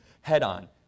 head-on